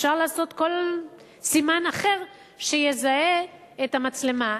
אפשר לעשות כל סימן אחר שיזהה את המצלמה.